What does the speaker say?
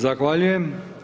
Zahvaljujem.